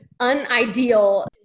unideal